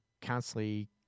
constantly